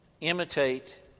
Imitate